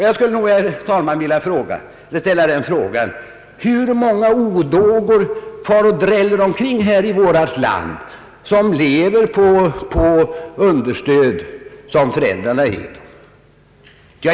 Jag skulle nog, herr talman, vilja fråga: Hur många odågor dräller det omkring i vårt land som lever på understöd från föräldrarna?